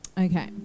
okay